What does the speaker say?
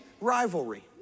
rivalry